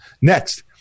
Next